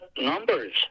numbers